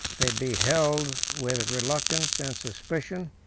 they beheld, with reluctance and suspicion,